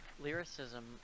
lyricism